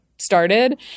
started